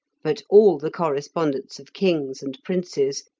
but all the correspondence of kings and princes,